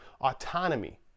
autonomy